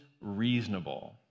reasonable